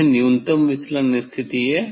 यह न्यूनतम विचलन स्थिति है